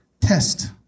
test